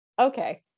Okay